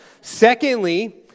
Secondly